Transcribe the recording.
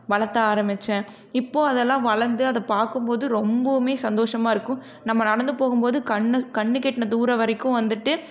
வளர்த்த ஆரம்பிச்சேன் இப்போது அதெல்லாம் வளர்ந்து அதை பார்க்கும்போது ரொம்பவுமே சந்தோஷமாகருக்கும் நம்ம நடந்து போகும் போது கண் கண்ணுக்கெட்டுன தூரம் வரைக்கும் வந்துட்டு